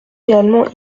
réellement